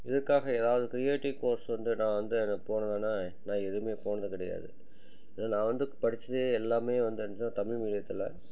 இதற்காக ஏதாவது creative course வந்து நான் வந்து ர போடணும்னா நான் எதுவுமே போனது கிடையாது ஏனால் நான் வந்து படித்தது எல்லாமே வந்து இருந்துச்சினா தமிழ் மீடியத்தில்